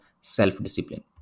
self-discipline